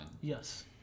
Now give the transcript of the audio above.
Yes